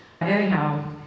Anyhow